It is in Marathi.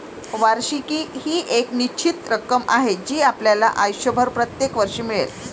वार्षिकी ही एक निश्चित रक्कम आहे जी आपल्याला आयुष्यभर प्रत्येक वर्षी मिळेल